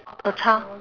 a child